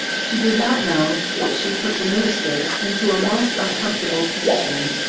she did not know that she put the minister into a most uncomfortable position,